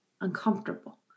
uncomfortable